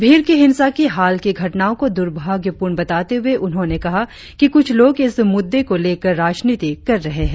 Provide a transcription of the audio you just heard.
भीड़ की हिंसा की हाल की घटनाओं को दुर्भाग्यपूर्ण बताते हुए उन्होंने कहा कि कुछ लोग इस मुद्दे को लेकर राजनीति कर रहे हैं